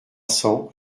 cents